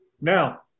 Now